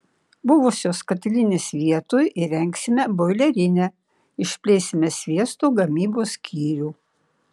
buvusios katilinės vietoj įrengsime boilerinę išplėsime sviesto gamybos skyrių